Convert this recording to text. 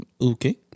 Okay